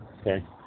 okay